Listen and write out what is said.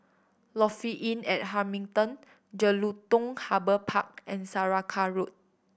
Lofi Inn at Hamilton Jelutung Harbour Park and Saraca Road